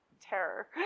Terror